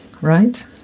right